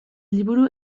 liburu